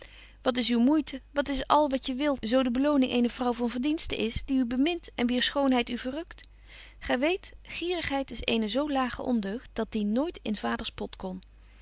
wat is moeite wat is al wat je wilt zo de beloning eene vrouw van verdiensten is die u bemint en wier schoonheid u verrukt gy weet gierigheid is eene zo lage ondeugd dat die nooit in vaders pot kon